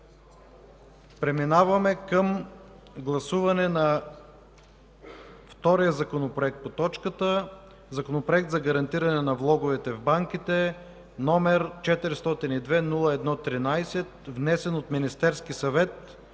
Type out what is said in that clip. Преминаваме към гласуване на втория законопроект по точката – Законопроект за гарантиране на влоговете в банките, № 402-01-13, внесен от Министерския съвет